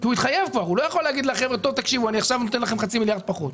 הוא התחייב כבר והוא לא יכול להגיד שהוא עכשיו נותן חצי מיליארד פחות,